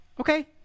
okay